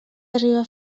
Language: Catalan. arribar